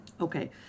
Okay